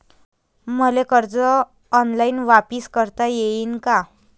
मले कर्ज ऑनलाईन वापिस करता येईन का?